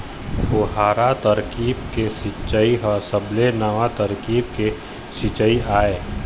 फुहारा तरकीब के सिंचई ह सबले नवा तरकीब के सिंचई आय